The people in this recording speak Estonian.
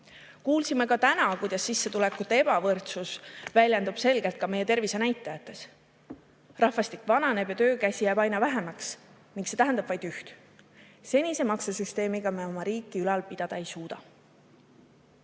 Kuulsime täna ka, kuidas sissetulekute ebavõrdsus väljendub selgelt meie tervisenäitajates. Rahvastik vananeb ja töökäsi jääb aina vähemaks. See tähendab vaid üht: senise maksusüsteemiga me oma riiki ülal pidada ei suuda.